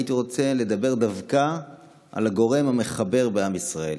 הייתי רוצה לדבר דווקא על הגורם המחבר בעם ישראל.